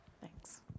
thanks